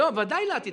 ודאי לעתיד.